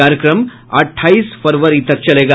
कार्यक्रम अठाईस फरवरी तक चलेगा